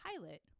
pilot